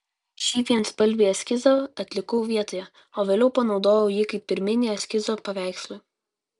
šį vienspalvį eskizą atlikau vietoje o vėliau panaudojau jį kaip pirminį eskizą paveikslui